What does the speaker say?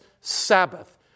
Sabbath